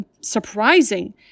surprising